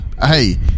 Hey